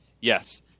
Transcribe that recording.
Yes